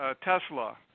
Tesla